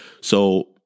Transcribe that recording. So-